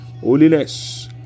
holiness